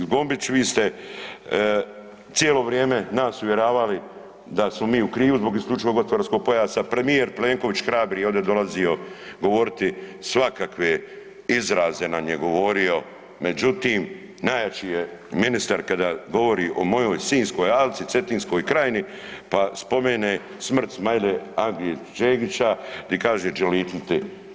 Zgombić, vi ste cijelo vrijeme nas uvjeravali da smo mi u krivu zbog isključivog gospodarskog pojasa, premijer Plenković hrabri je ovdje dolazio govoriti, svakakve izraze nam je govorio, međutim, najjači je ministar kada govori o mojoj Sinjskoj alci, Cetinskoj krajini pa spomene smrt Smail-age Čengića i kaže „đelitnite“